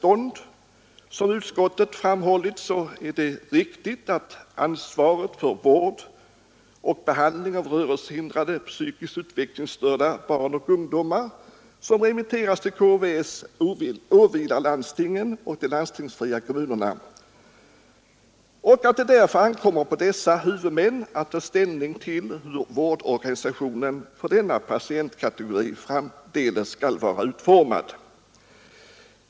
Som utskottet framhåller är det riktigt att ansvaret för vård och behandling av rörelsehindrade psykiskt utvecklingsstörda barn och ungdomar, som remitteras till KVS, åvilar landstingen och de landstingsfria kommunerna och att det därför ankommer på dessa huvudmän att ta ställning till hur vårdorganisationen för denna patientkategori framdeles skall vara utformad.